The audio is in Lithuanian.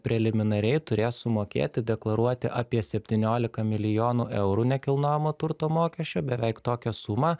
preliminariai turės sumokėti deklaruoti apie septyniolika milijonų eurų nekilnojamo turto mokesčio beveik tokią sumą